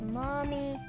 mommy